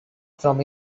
from